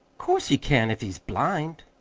course he can't, if he's blind!